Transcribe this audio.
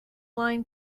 line